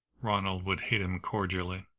ronald would hate him cordially.